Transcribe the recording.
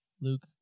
Luke